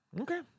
Okay